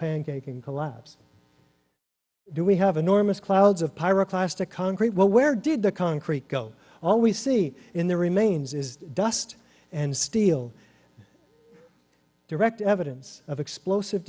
pancake and collapse do we have enormous clouds of pirate plastic concrete well where did the concrete go all we see in the remains is dust and steel direct evidence of explosive